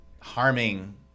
harming